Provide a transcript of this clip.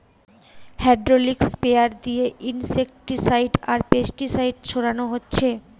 hydraulic sprayer দিয়ে insecticide আর pesticide ছোড়ানা হচ্ছে